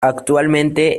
actualmente